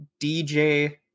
DJ